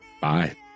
Bye